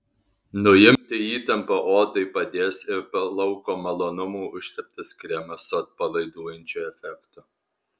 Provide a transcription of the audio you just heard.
nuimti įtampą odai padės ir po lauko malonumų užteptas kremas su atpalaiduojančiu efektu